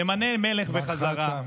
נמנה מלך בחזרה, זמנך תם.